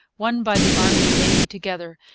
won by the army and navy together,